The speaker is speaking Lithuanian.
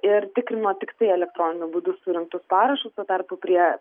ir tikrino tiktai elektroniniu būdu surinktus parašus tuo tarpu prie